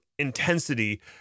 intensity